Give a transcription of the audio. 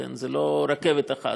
זו לא רכבת אחת,